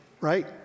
right